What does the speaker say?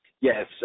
Yes